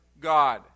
God